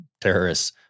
terrorists